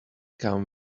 come